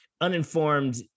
uninformed